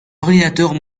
ordinateurs